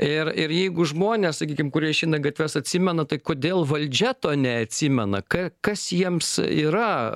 ir ir jeigu žmonės sakykim kurie išeina į gatves atsimena tai kodėl valdžia to neatsimena ka kas jiems yra